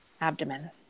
abdomen